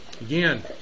Again